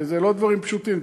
זה לא דברים פשוטים.